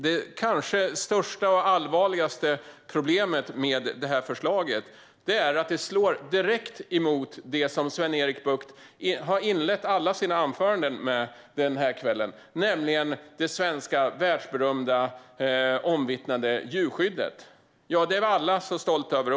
Det kanske största och allvarligaste problemet med förslaget är att det slår direkt mot det som Sven-Erik Bucht har inlett alla sina anföranden med denna kväll, nämligen det svenska världsberömda och omvittnade djurskyddet, som alla är så stolta över.